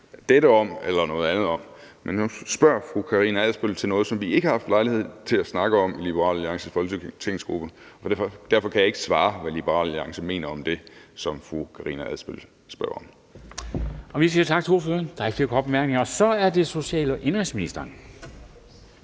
dette om eller noget andet om. Men nu spørger fru Karina Adsbøl til noget, som vi ikke har haft lejlighed til at snakke om i Liberal Alliances folketingsgruppe, og derfor kan jeg ikke svare på, hvad Liberal Alliance mener om det, som fru Karina Adsbøl spørger om. Kl. 20:12 Formanden (Henrik Dam Kristensen): Vi siger tak til ordføreren. Der er ikke flere korte bemærkninger. Så er det social- og indenrigsministeren.